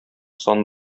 сан